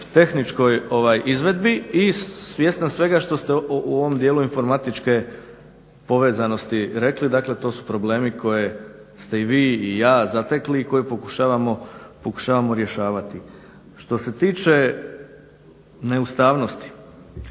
tehničkoj izvedbi. I svjestan svega što ste u ovom dijelu informatičke povezanosti rekli, dakle to su probleme koje ste i vi i ja zatekli i koje pokušavamo rješavati. Što se tiče neustavnosti,